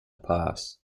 pass